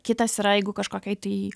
kitas yra jeigu kažkokioj tai